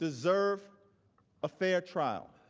deserve a fair trial.